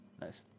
Nice